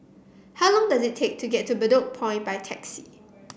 how long does it take to get to Bedok Point by taxi